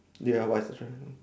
ya